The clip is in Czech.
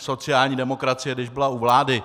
Sociální demokracie, když byla u vlády...